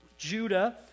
Judah